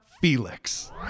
Felix